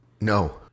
no